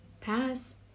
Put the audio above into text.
pass